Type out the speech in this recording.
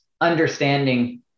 understanding